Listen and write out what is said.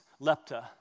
lepta